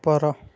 ଉପର